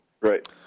Right